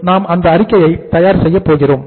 இப்போது நாம் இந்த அறிக்கையை தயார் செய்யப் போகிறோம்